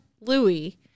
Louis